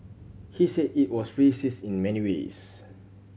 he said it was racist in many ways